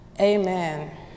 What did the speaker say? amen